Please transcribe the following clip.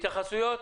התייחסויות?